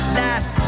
last